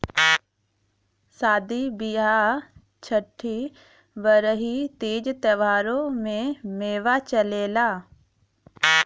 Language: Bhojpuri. सादी बिआह छट्ठी बरही तीज त्योहारों में मेवा चलला